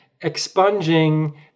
expunging